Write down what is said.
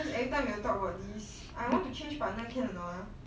because every time you talk about this I want to change partner can or not ah